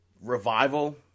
revival